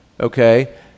okay